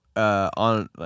On